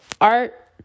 art